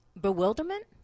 bewilderment